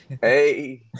Hey